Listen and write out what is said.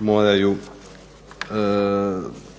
moraju